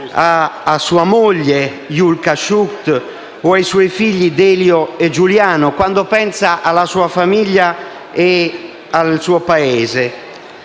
a sua moglie Julca Schucht o ai suoi figli Delio e Giuliano; quando pensa alla sua famiglia e al suo paese.